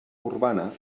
urbana